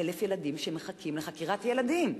מ-1,000 ילדים שמחכים לחקירת ילדים.